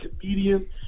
comedian